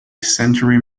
century